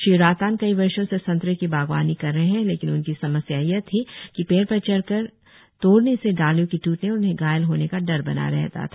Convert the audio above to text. श्री रातान कई वर्षों से संतरे की बागवानी कर रहे है लेकिन उनकी समस्या यह थी कि पेड़ पर चढ़कर तोड़ने से डालियों के ट्रटने और उन्हें घायल होने का डर बना रहता था